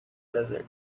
desert